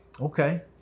Okay